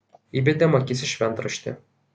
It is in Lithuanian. įbedėm akis į šventraštį